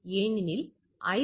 எனவே நாம் 28